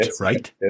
right